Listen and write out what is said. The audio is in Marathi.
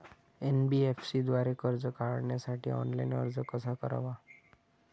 एन.बी.एफ.सी द्वारे कर्ज काढण्यासाठी ऑनलाइन अर्ज कसा करावा?